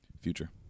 Future